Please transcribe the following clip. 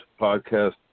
podcast